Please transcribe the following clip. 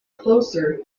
closer